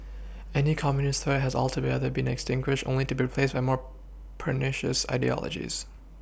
any communist threat has alto be other been extinguished only to be replaced by more pernicious ideologies